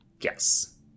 Yes